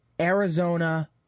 Arizona